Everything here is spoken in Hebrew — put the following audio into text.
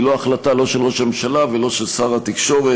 החלטה לא של ראש הממשלה ולא של שר התקשורת,